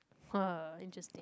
[wah] interesting